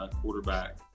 quarterback